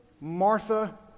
Martha